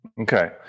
Okay